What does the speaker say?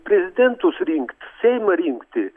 prezidentus rinkt seimą rinkti